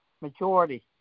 majority